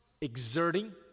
exerting